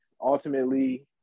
ultimately